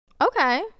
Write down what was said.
Okay